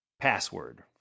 Password